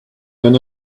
than